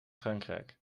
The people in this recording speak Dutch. frankrijk